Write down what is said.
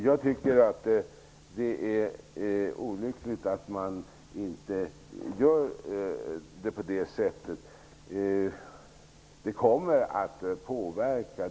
Jag tycker att det är olyckligt att man inte gör på det sättet.